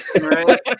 Right